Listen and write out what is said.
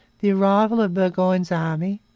the arrival of burgoyne's army,